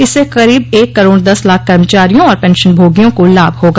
इससे करीब एक करोड़ दस लाख कर्मचारियों और पेंशनभोगियों को लाभ होगा